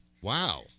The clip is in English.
Wow